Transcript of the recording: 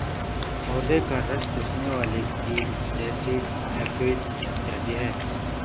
पौधों का रस चूसने वाले कीट जैसिड, एफिड इत्यादि हैं